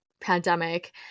pandemic